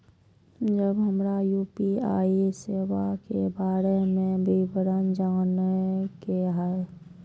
जब हमरा यू.पी.आई सेवा के बारे में विवरण जाने के हाय?